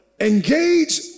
Engage